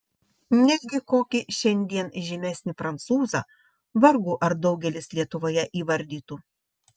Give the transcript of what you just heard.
netgi kokį šiandien žymesnį prancūzą vargu ar daugelis lietuvoje įvardytų